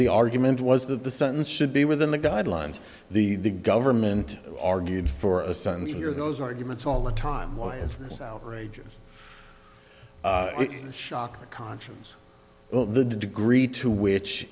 the argument was that the sentence should be within the guidelines the government argued for a sunday or those arguments all the time why is outrageous shock conscience well the degree to which